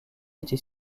était